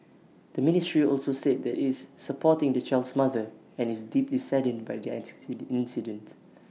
the ministry also said that IT is supporting the child's mother and is deeply saddened by the incident